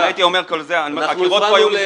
אם הייתי אומר הכול --- בבקשה,